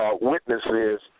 witnesses